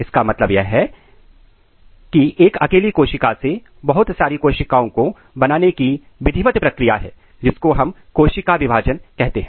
इसका मतलब यह है यह एक अकेली कोशिका से बहुत सारी कोशिकाओं को बनाने की विधिवत प्रक्रिया है जिसको हम कोशिका विभाजन कहते हैं